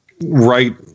right